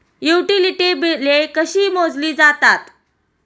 Utility बिले कशी मोजली जातात?